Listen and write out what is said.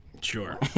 Sure